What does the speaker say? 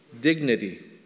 dignity